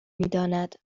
میداند